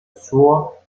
suo